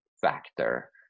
factor